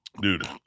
dude